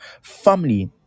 family